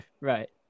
right